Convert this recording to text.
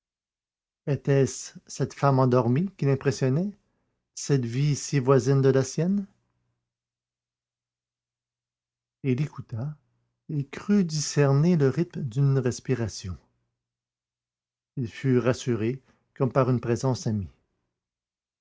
cette femme endormie qui l'impressionnait cette vie si voisine de la sienne il écouta et crut discerner le rythme d'une respiration il fut rassuré comme par une présence amie